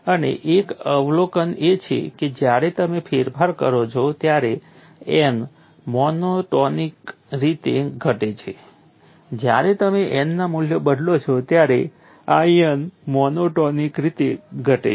અને એક અવલોકન એ છે કે જ્યારે તમે ફેરફાર કરો છો ત્યારે n મોનોટોનીક રીતે ઘટે છે જ્યારે તમે n ના મૂલ્યો બદલો છો ત્યારે In મોનોટોનીક રીતે ઘટે છે